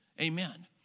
Amen